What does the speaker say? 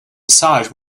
massage